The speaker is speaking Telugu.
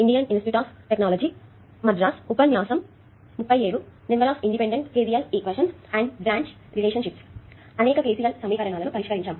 అనేక KCL సమీకరణాలను పరిష్కరించాం